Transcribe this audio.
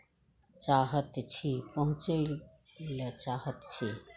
चाहैत छी पहुँचय लेल चाहैत छी